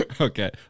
Okay